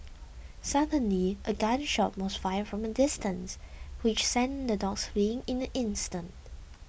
suddenly a gun shot was fired from a distance which sent the dogs fleeing in an instant